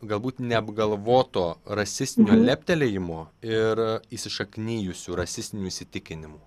galbūt neapgalvoto rasistinio leptelėjimo ir įsišaknijusių rasistinių įsitikinimų